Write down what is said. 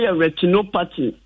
retinopathy